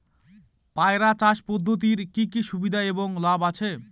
পয়রা চাষ পদ্ধতির কি কি সুবিধা এবং লাভ আছে?